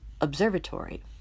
observatory